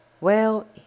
Well